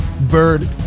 Bird